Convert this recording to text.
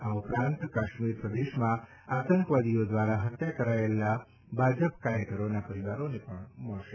આ ઉપરાંત કાશ્મીર પ્રદેશમાં આતંકવાદીઓ દ્વારા હત્યા કરાયેલ ભાજપ કાર્યકરોના પરિવારોને પણ મળશે